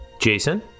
Jason